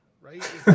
right